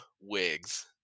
wigs